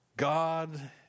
God